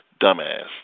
dumbass